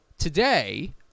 Today